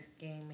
gaming